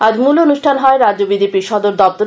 আজ মূল অনুষ্ঠান হয় রাজ্য বি জে পির সদর দপ্তরে